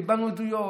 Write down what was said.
קיבלנו עדויות,